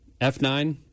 F9